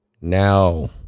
Now